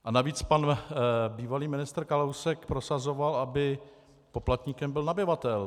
A navíc pan bývalý ministr Kalousek prosazoval, aby poplatníkem byl nabyvatel.